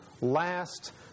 last